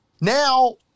Now